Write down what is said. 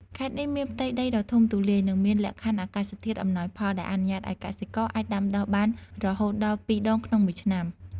ខេត្តនេះមានផ្ទៃដីដ៏ធំទូលាយ និងមានលក្ខខណ្ឌអាកាសធាតុអំណោយផល ដែលអនុញ្ញាតឱ្យកសិករអាចដាំពោតបានរហូតដល់ ពីរដងក្នុងមួយឆ្នាំ។